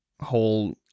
whole